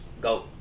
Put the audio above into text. go